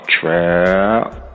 Trap